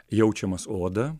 jaučiamas oda